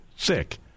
Sick